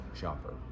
shopper